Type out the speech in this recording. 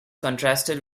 contrasted